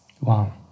Wow